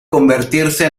convertirse